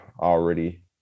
already